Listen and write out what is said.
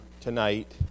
tonight